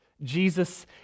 Jesus